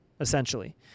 essentially